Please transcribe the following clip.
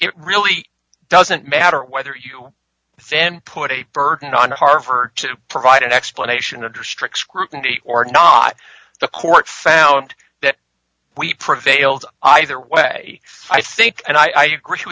it really doesn't matter whether you put a burden on harvard to provide an explanation of her strict scrutiny or not the court found that we prevailed either way i think and i do agree